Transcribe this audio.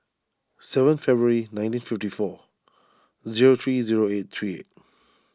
seven February nineteen fifty four zero three zero eight three